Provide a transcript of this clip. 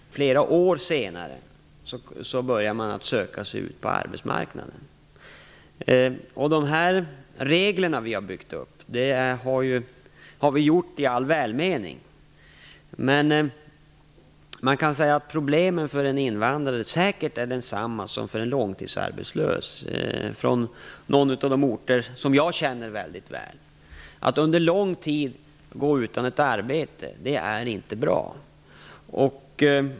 Flera år senare börjar man att söka sig ut på arbetsmarknaden. De regler som har byggts upp har vi infört i all välmening. Problemen för en invandrare är säkert desamma som för en långtidsarbetslös från någon av de orter som jag känner väldigt väl till. Att under lång tid gå utan arbete är inte bra.